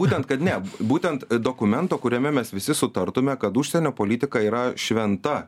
būtent kad ne būtent dokumento kuriame mes visi sutartume kad užsienio politika yra šventa